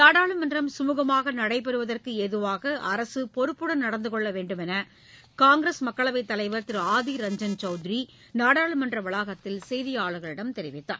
நாடாளுமன்றம் சுமூகமாக நடைபெறுவதற்கு ஏதுவாக அரசு பொறுப்புடன் நடந்து கொள்ள வேண்டுமென்று காங்கிரஸ் மக்களவைத் தலைவர் திரு ஆதி ரஞ்ஜன் சௌத்திரி நாடாளுமன்ற வளாகத்தில் செய்தியாளர்களிடம் தெரிவித்தார்